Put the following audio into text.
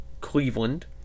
Cleveland